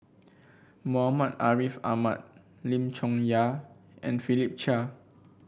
Muhammad Ariff Ahmad Lim Chong Yah and Philip Chia